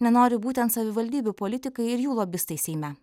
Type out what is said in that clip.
nenori būtent savivaldybių politikai ir jų lobistai seime